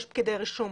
יש פקידי רישום